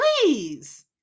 Please